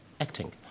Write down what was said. acting